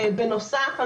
בנוסף,